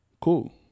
Cool